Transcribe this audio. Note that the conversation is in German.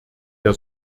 der